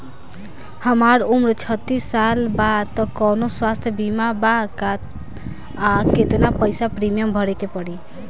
हमार उम्र छत्तिस साल बा त कौनों स्वास्थ्य बीमा बा का आ केतना पईसा प्रीमियम भरे के पड़ी?